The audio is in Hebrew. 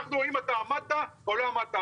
מבחינתו אתה עמדת או לא עמדת.